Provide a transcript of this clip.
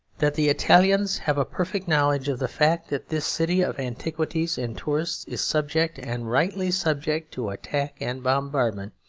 that the italians have a perfect knowledge of the fact that this city of antiquities and tourists is subject, and rightly subject, to attack and bombardment,